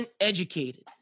uneducated